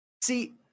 See